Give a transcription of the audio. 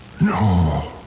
No